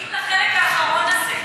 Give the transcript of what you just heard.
אין מצב שאתה מסכים לחלק האחרון הזה.